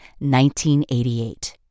1988